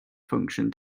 function